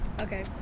Okay